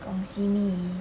gong simi